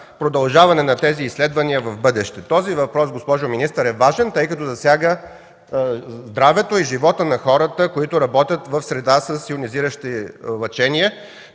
продължаване на тези изследвания в бъдеще? Този въпрос, госпожо министър, е важен, тъй като засяга здравето и живота на хората, работещи в среда с йонизиращи лъчения.